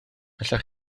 allech